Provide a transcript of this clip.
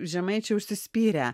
žemaičiai užsispyrę